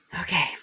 Okay